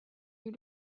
you